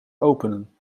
openen